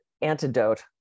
antidote